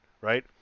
right